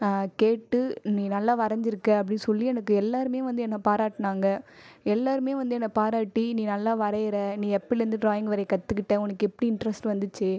கேட்டு நீ நல்லா வரஞ்சிருக்க அப்படி சொல்லி எனக்கு எல்லாருமே வந்து என்ன பாராட்டினாங்க எல்லாருமே வந்து என்ன பாராட்டி நீ நல்லா வரையிற நீ எப்போயிலேர்ந்து ட்ராயிங் வரைய கற்றுக்கிட்ட உனக்கு எப்படி இன்ட்ரெஸ்ட் வந்துச்சு